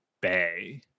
bay